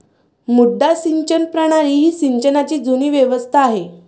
मुड्डा सिंचन प्रणाली ही सिंचनाची जुनी व्यवस्था आहे